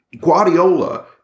Guardiola